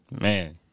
Man